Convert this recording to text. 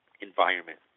environment